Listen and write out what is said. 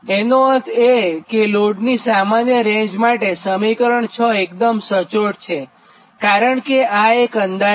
એનો અર્થ એ છે કે લોડની સામાન્ય રેંજ માટે સમીકરણ 6 એકદમ સચોટ છે કારણ કે આ એક અંદાજ છે